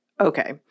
Okay